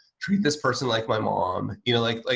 treat this person like my mom you know like like,